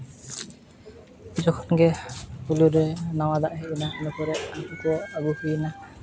ᱡᱚᱠᱷᱚᱱ ᱜᱮ ᱯᱳᱭᱞᱳ ᱨᱮ ᱱᱟᱣᱟ ᱫᱟᱜ ᱦᱮᱡᱱᱟ ᱤᱱᱟᱹ ᱯᱚᱨᱮ ᱦᱟᱹᱠᱩ ᱠᱚ ᱟᱹᱜᱩ ᱦᱩᱭᱱᱟ